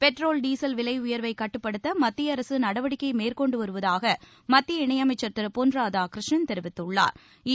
petrol diesel விலை உயர்வை கட்டுப்படுத்த மத்திய அரசு நடவடிக்கை மேற்கொண்டு வருவதாக மத்திய இணையமைச்சா் திரு பொன் ராதாகிருஷ்ணன் தெரிவித்துள்ளாா்